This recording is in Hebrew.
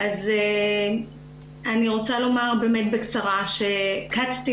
אני רוצה לומר בקצרה שקצתי